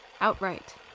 Outright